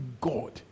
God